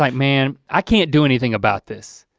like man, i can't do anything about this.